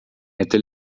это